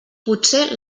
potser